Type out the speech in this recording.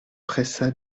pressa